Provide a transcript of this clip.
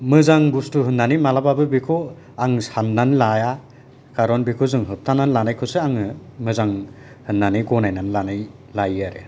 मोजां बुसथु होननानै मालाबाबो बेखौ मालाबाबो मोजां होननानै लाया खारन जों बेखौ होबथानानै लानायखौसो आङो मोजां होननानै गनायनानै लायो आरो